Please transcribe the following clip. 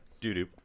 Doo-doo